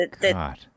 god